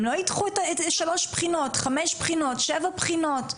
הם לא יידחו שלוש בחינות, חמש בחינות, שבע בחינות.